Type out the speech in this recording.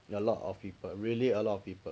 a lot of people really a lot of people